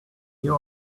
you